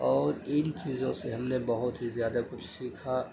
اور ان چیزوں سے ہم نے بہت ہی زیادہ کچھ سیکھا